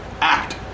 act